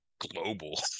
global